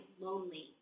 lonely